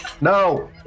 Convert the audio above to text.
no